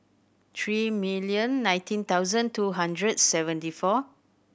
three million nineteen thousand two hundred seventy four